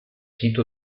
sito